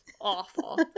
awful